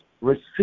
Receive